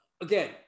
again